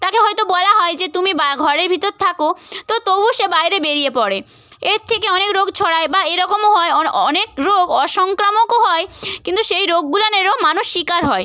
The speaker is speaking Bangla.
তাকে হয়তো বলা হয় যে তুমি বা ঘরে ভিতর থাকো তো তবু সে বাইরে বেরিয়ে পড়ে এর থেকে অনেক রোগ ছড়ায় বা এরকমও হয় অ অঅনেক রোগ অসংক্রামকও হয় কিন্তু সেই রোগগুলোরও মানুষ শিকার হয়